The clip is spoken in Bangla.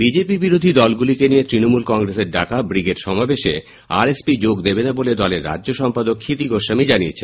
বিজেপি বিরোধী দলগুলিকে নিয়ে তৃণমূল কংগ্রেসের ডাকা ব্রিডেগ সমাবেশে আর এস পি যোগ দেবে না বলে দলের রাজ্য সম্পাদক ক্ষিতি গোস্বামী জানিয়েছেন